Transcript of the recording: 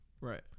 Right